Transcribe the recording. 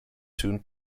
soon